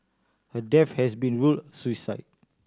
her death has been ruled suicide